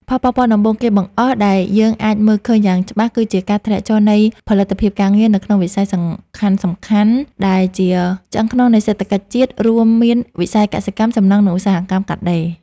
ផលប៉ះពាល់ដំបូងគេបង្អស់ដែលយើងអាចមើលឃើញយ៉ាងច្បាស់ គឺការធ្លាក់ចុះនៃផលិតភាពការងារនៅក្នុងវិស័យសំខាន់ៗដែលជាឆ្អឹងខ្នងនៃសេដ្ឋកិច្ចជាតិ រួមមានវិស័យកសិកម្ម សំណង់ និងឧស្សាហកម្មកាត់ដេរ។